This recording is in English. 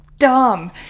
dumb